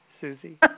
Susie